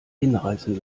hinreißen